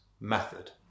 method